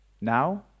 now